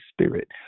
Spirit